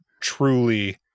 truly